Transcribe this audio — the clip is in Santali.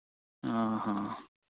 ᱦᱚᱸ ᱦᱚᱸ